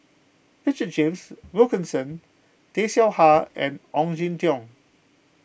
Richard James Wilkinson Tay Seow Huah and Ong Jin Teong